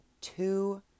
two